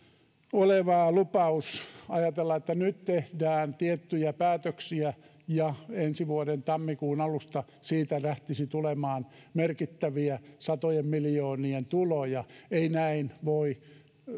lupaus ajatella että nyt tehdään tiettyjä päätöksiä ja ensi vuoden tammikuun alusta siitä lähtisi tulemaan merkittäviä satojen miljoonien tuloja ei näin voi